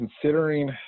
considering